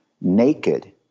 naked